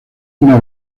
una